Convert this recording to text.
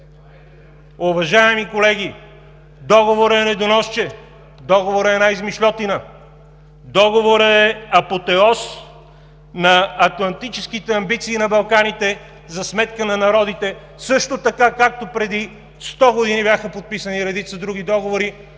Уважаеми колеги, Договорът е недоносче, Договорът е една измишльотина! Договорът е апотеоз на атлантическите амбиции на Балканите за сметка на народите и също така, както преди 100 години бяха подписани редица други договори,